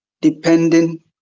depending